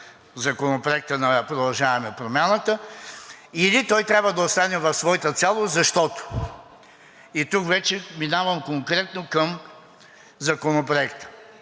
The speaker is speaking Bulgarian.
Законопроекта на „Продължаваме Промяната“, или той трябва да остане в своята цялост, защото… И тук вече минавам, конкретно към Законопроекта.